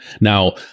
Now